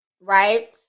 right